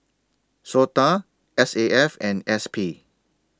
Sota S A F and S P